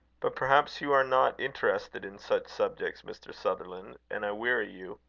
but perhaps you are not interested in such subjects, mr. sutherland, and i weary you.